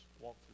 walk